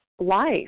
life